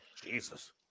Jesus